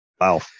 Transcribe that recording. wow